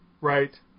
Right